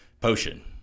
potion